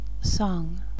Song